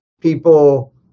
people